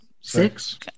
Six